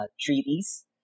treaties